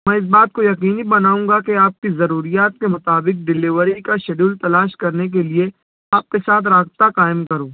میں اِس بات کو یقینی بناؤں گا کہ آپ کی ضروریات کے مطابق ڈلیوری کا شیڈول تلاش کرنے کے لیے آپ کے ساتھ رابطہ قائم کروں